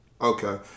Okay